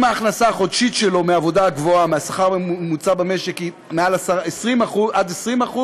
אם ההכנסה החודשית שלו מעבודה הגבוהה מהשכר הממוצע במשק היא עד 20%,